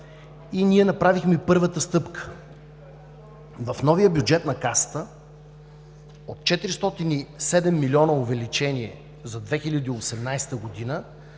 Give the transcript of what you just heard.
И ние направихме първата стъпка – в новия бюджет на Касата, от 407 милиона увеличение за 2018 г.,